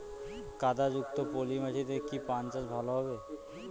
কাদা যুক্ত পলি মাটিতে কি পান চাষ ভালো হবে?